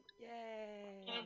Yay